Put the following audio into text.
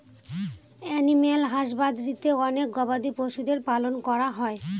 animal হাসবাদরীতে অনেক গবাদি পশুদের পালন করা হয়